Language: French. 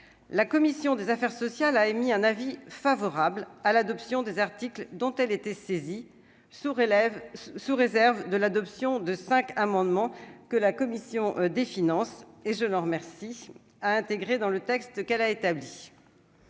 la commission des affaires sociales a émis un avis favorable à l'adoption des articles dont elle était saisie se relève, sous réserve de l'adoption de cinq amendements que la commission des finances, et je l'en remercie, a intégré dans le texte qu'elle a établi,